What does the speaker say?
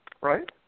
right